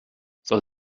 soll